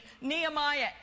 Nehemiah